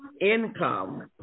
income